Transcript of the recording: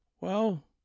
Well